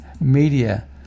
media